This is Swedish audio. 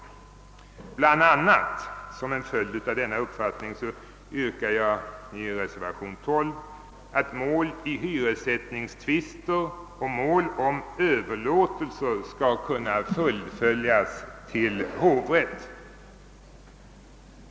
Bl. a. som en följd av denna min uppfattning hemställer jag i reservation XII att mål i hyressättningstvister och mål om överlåtelser skall kunna fullföljas i hovrätt.